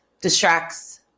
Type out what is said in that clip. distracts